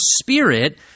spirit